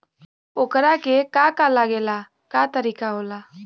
ओकरा के का का लागे ला का तरीका होला?